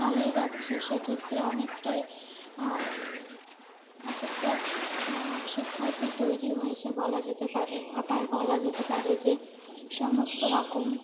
চালিয়ে যাচ্ছে সেক্ষেত্রে অনেকটাই একেকটা শিক্ষার্থী তৈরি হয়েছে বলা যেতে পারে আবার বলা যেতে পারে যে সমস্তরকম